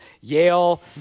Yale